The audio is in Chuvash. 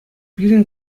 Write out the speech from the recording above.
пирӗн